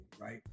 right